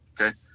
okay